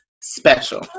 special